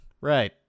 right